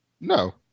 no